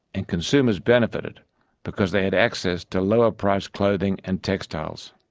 and consumers benefited because they had access to lower priced clothing and textiles.